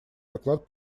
доклад